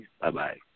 Bye-bye